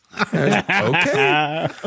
Okay